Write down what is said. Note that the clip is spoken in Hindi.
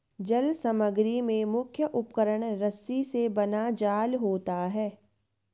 जल समग्री में मुख्य उपकरण रस्सी से बना जाल होता है